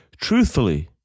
truthfully